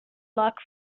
luck